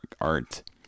art